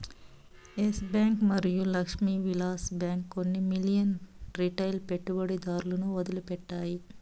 yes Bank మరియు Lakshmi Vilas bank కొన్ని మిలియన్ల రిటైల్ పెట్టుబడిదారులను వదిలిపెట్టాయి